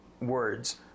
words